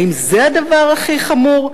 האם זה הדבר הכי חמור?